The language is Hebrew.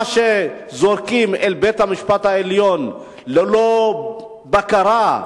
כל מה שזורקים אל בית-המשפט העליון ללא בקרה,